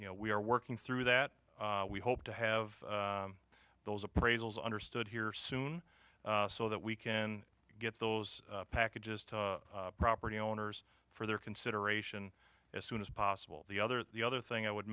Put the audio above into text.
you know we are working through that we hope to have those appraisals understood here soon so that we can get those packages to property owners for their consideration as soon as possible the other the other thing i would